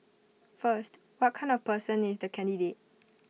first what kind of person is the candidate